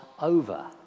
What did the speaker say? over